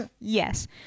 yes